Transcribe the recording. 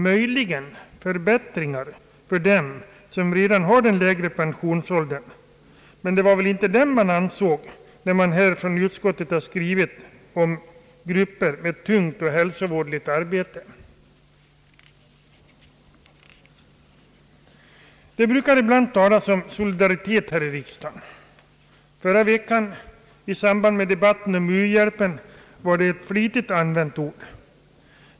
Möjligen förbättringar för dem som redan har den lägre pensionsåldern — men det var väl inte dem utskottet avsåg när utskottet talar om grupper med »tungt och hälsovådligt arbete»? Det brukar ibland talas om solidaritet här i riksdagen. Förra veckan i samband med debatten om u-hjälpen var det ett flitigt använt ord.